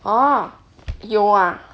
orh 有啊